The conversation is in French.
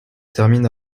termine